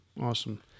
Awesome